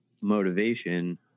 motivation